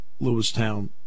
Lewistown